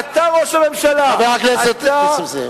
אתה ראש הממשלה, חבר הכנסת נסים זאב.